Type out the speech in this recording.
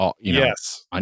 Yes